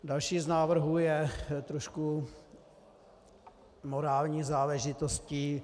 Další z návrhů je trošku morální záležitostí.